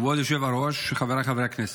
כבוד היושב-ראש, חבריי חברי הכנסת,